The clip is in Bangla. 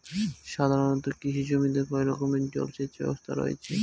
সাধারণত কৃষি জমিতে কয় রকমের জল সেচ ব্যবস্থা রয়েছে?